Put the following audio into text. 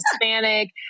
Hispanic